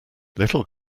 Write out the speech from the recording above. little